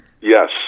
Yes